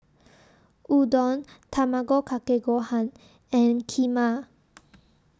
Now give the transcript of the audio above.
Udon Tamago Kake Gohan and Kheema